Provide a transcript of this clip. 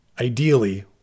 ideally